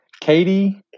Katie